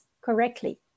correctly